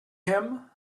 him